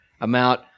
amount